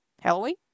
Halloween